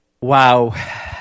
Wow